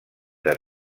del